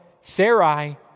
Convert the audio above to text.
Sarai